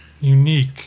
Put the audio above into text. unique